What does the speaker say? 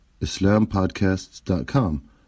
islampodcasts.com